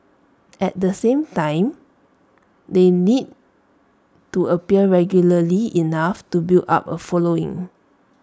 at the same time they need to appear regularly enough to build up A following